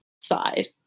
side